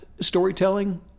storytelling